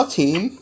team